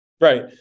Right